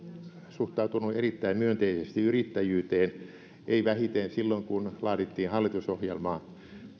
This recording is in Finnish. suhtautunut erittäin myönteisesti yrittäjyyteen ei vähiten silloin kun laadittiin hallitusohjelmaa